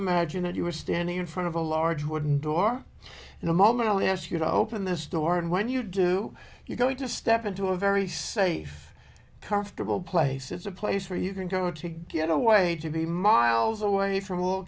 imagine that you were standing in front of a large wooden door in a moment i'll ask you to open this door and when you do you're going to step into a very safe comfortable place it's a place where you can go to get away to be miles away from